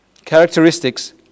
Characteristics